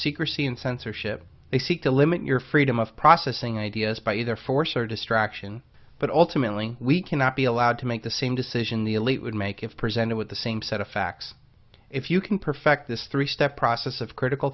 secrecy and censorship they seek to limit your freedom of processing ideas by either force or distraction but ultimately we cannot be allowed to make the same decision the elite would make if presented with the same set of facts if you can perfect this three step process of critical